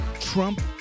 Trump